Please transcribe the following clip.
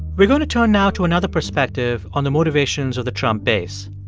we're going to turn now to another perspective on the motivations of the trump base.